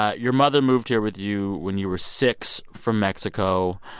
your mother moved here with you, when you were six, from mexico.